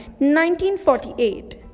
1948